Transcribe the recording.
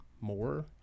more